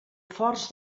forts